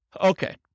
Okay